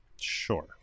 sure